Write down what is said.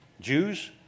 Jews